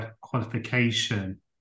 qualification